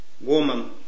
Woman